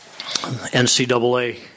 NCAA